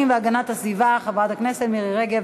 והגנת הסביבה חברת הכנסת מירי רגב.